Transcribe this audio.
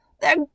They're